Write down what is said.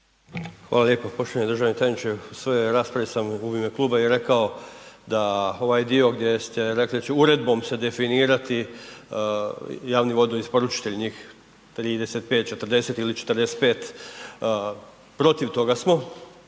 Hvala lijepo poštovani državni tajniče. U svojoj raspravi sam u ime kluba i rekao da ovaj dio gdje ste rekli da će uredbom se definirati javni vodni isporučitelji, njih 34, 40 ili 45. Protiv toga smo